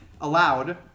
allowed